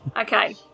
Okay